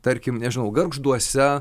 tarkim nežinau gargžduose